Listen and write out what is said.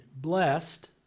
blessed